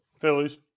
Phillies